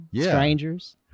strangers